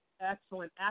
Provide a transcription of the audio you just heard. Excellent